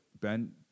Ben